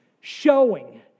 showing